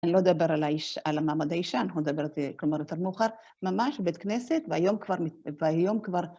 אני לא אדבר על מעמד האישה, אנחנו נדבר על זה, כלומר, יותר מאוחר, ממש, בית כנסת, והיום כבר, והיום כבר...